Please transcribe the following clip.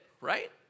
right